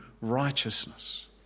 righteousness